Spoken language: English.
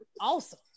awesome